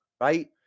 right